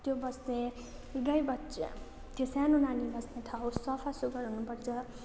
त्यो बस्ने गाई बच्चा त्यो सानो नानी बस्ने ठाउँ सफासुघर हुनुपर्छ